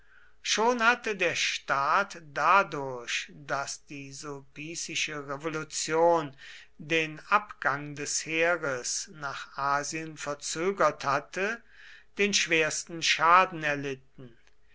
schon hatte der staat dadurch daß die sulpicische revolution den abgang des heeres nach asien verzögert hatte den schwersten schaden erlitten